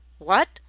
what!